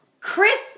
Chris